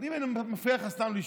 ואם אני מפריע לך סתם לישון,